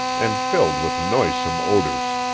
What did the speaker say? and filled with noisome odors.